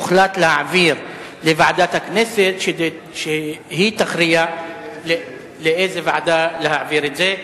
הוחלט להעביר לוועדת הכנסת והיא תכריע לאיזה ועדה להעביר את הנושא.